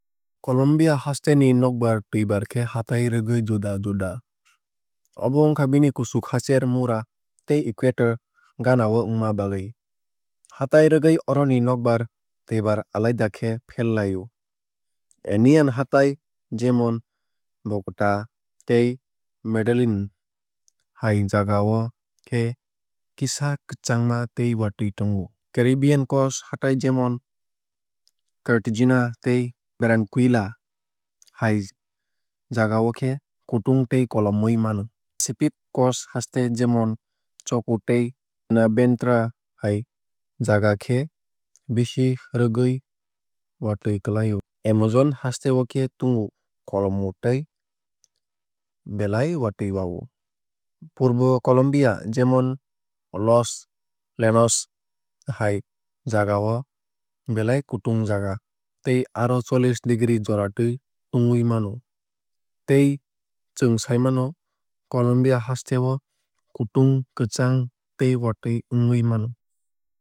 Colombia haste ni nokbar twuibar khe hatai rwgui juda juda. Obo wngkha bini kuchuk hacher mura tei equator gana o wngma bagwui. Hatai rwgui oroni nokbar twuibar alaida khe ferlai o. Anean hatai jemon bogota tei medellin hai jagao khe kisa kwchangma tei watui tongo. Caribbean coast hatai jemon cartgena tei barranquilla hai jagao khe kutung tei kolomwui mano. Pacific coast haste jemon choco tei buenaventura hai jaga khe bisi rwgui watui klai o. Amazon haste o khe tungo kolomo tei belai watui wa o. Purbo colombia jemon los lanos hai jagao belai kutung jaga tei aro chollish degree joratui tungui mano. Tai chwng sai mano colombia haste o kutung kwchang tei watui wngui mano.